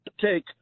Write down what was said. take